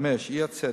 5. אי-הצדק,